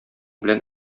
белән